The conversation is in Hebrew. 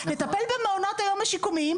לטפל במעונות היום השיקומיים,